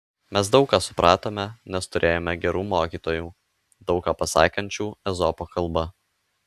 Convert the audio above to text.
mes daug ką supratome nes turėjome gerų mokytojų daug ką pasakančių ezopo kalba